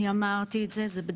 אני אמרתי את זה,